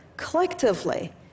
collectively